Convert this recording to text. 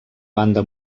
banda